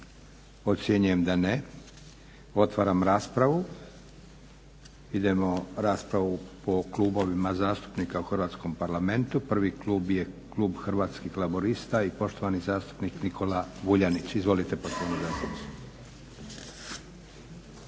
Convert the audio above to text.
Ocjenjujem da ne. Otvaram raspravu. Idemo na raspravu po klubovima zastupnika u Hrvatskom parlamentu. Prvi klub je klub Hrvatskih laburista i poštovani zastupnik Nikola Vuljanić. Izvolite poštovani zastupniče.